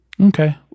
Okay